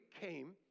came